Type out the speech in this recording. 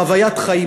חוויית חיים.